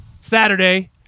Saturday